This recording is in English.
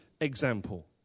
example